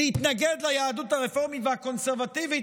להתנגד ליהדות הרפורמית והקונסרבטיבית,